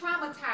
traumatized